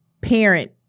parent